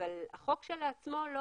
החוק כשלעצמו,